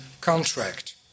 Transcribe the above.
contract